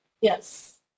Yes